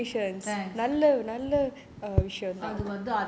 thanks